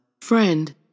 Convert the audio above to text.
friend